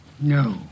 No